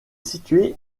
située